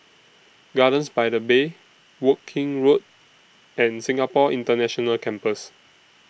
Gardens By The Bay Woking Road and Singapore International Campus